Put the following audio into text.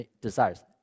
desires